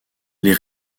les